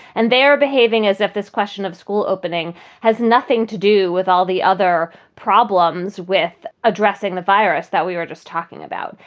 and they are behaving as if this question of school opening has nothing to do with all the other problems with addressing the virus that we were just talking about.